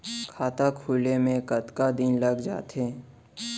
खाता खुले में कतका दिन लग जथे?